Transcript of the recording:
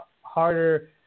harder